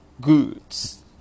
goods